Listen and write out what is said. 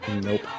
nope